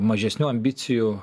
mažesnių ambicijų